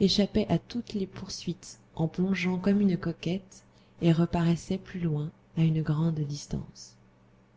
échappait à toutes les poursuites en plongeant comme une coquette et reparaissait plus loin à une grande distance